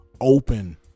open